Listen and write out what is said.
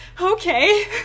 okay